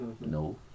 No